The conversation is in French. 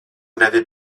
n’avez